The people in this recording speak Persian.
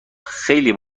خیلی